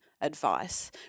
advice